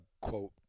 quote